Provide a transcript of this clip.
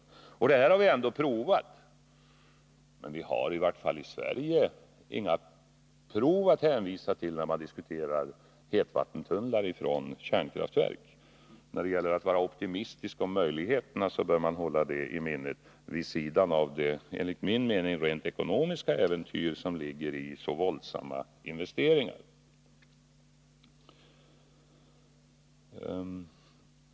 — Denna teknik är ändå provad, men vi har i vart fall i Sverige inte några prov att hänvisa till när det gäller hetvattentunnlar från kärnkraftverk. De som är optimistiska om möjligheterna på den punkten bör hålla detta i minnet, vid sidan av det ekonomiska äventyr som så våldsamma investeringar enligt min mening innebär.